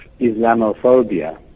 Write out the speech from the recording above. Islamophobia